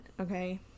Okay